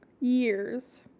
years